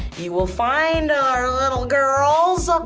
you will find our little girls! ah